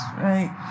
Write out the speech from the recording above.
right